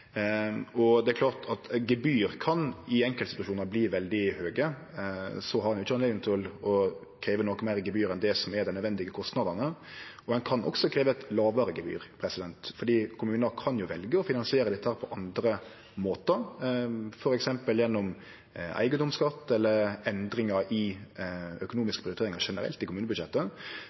Det er klart at gebyr kan i enkeltsituasjonar verte veldig høge, men ein har ikkje høve til å krevje inn noko meir i gebyr enn det som er dei nødvendige kostnadene. Ein kan også krevje eit lågare gebyr fordi kommunar jo kan velje å finansiere dette på andre måtar, f.eks. gjennom eigedomsskatt eller endringar i økonomiske prioriteringar generelt i kommunebudsjettet.